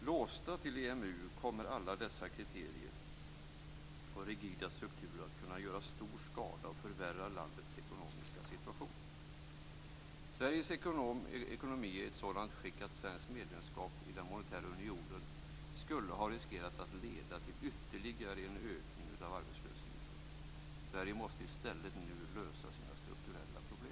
Låsta till EMU kommer alla dessa rigida strukturer att kunna göra stor skada och förvärra landets ekonomiska situation. Sveriges ekonomi är i sådant skick att ett svenskt medlemskap i den monetära unionen skulle ha riskerat att leda till en ytterligare ökning av arbetslösheten. Sverige måste nu i stället lösa sina strukturella problem.